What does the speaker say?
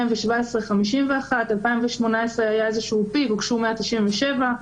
בשנת 2017 הוגשו 51, ב-2018 הוגשו 197,